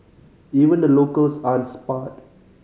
even the locals aren't spared